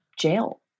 jail